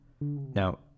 Now